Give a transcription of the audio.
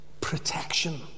protection